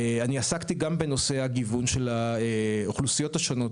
אני עסקתי גם בנושא הגיוון של האוכלוסיות השונות,